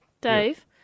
Dave